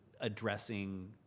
addressing